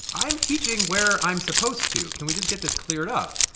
i'm teaching where i'm supposed to. can we just get this cleared up?